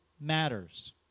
matters